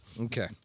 Okay